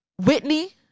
Whitney